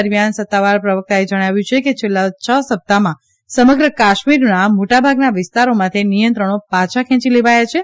દરમિયાન સત્તાવાર પ્રવક્તાએ જણાવ્યું છે કે છેલ્લાં છ સપ્તાહમાં સમગ્ર કાશ્મીરના મોટાભાગના વિસ્તારોમાંથી નિયંત્રણો પાછાં ખેંચી લેવાયા છે